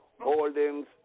Holding's